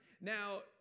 now